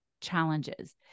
challenges